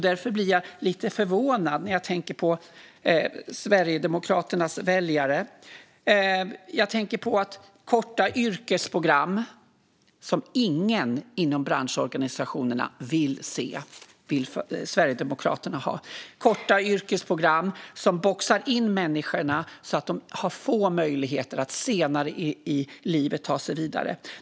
Därför blir jag lite förvånad när jag tänker på Sverigedemokraternas väljare. Korta yrkesprogram, som ingen inom branschorganisationerna vill se, vill Sverigedemokraterna ha - korta yrkesprogram som boxar in människor så att de har få möjligheter att senare i livet ta sig vidare.